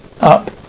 up